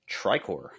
Tricor